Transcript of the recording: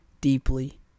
deeply